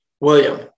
William